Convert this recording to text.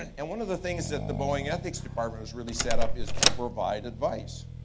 and and one of the things that the boeing ethics department is really set up is to provide advice.